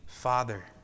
father